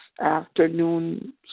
afternoon